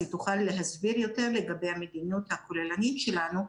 אז היא תוכל להסביר יותר לגבי המדיניות הכוללנית שלנו,